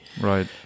right